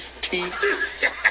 teeth